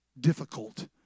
difficult